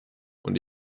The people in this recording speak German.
und